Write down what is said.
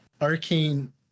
arcane